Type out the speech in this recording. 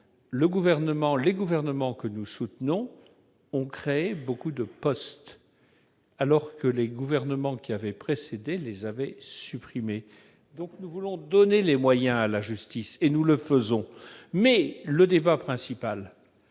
les gouvernements que nous soutenons ont créé de nombreux postes, alors que les gouvernements précédents en avaient supprimé. Nous voulons donner les moyens à la justice, et nous le faisons. Mais le débat principal